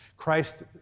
Christ